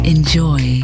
Enjoy